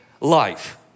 life